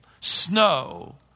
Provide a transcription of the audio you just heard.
snow